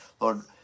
Lord